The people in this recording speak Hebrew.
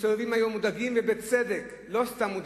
מסתובבים היום מודאגים ובצדק, לא סתם מודאגים.